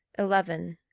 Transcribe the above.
eleven.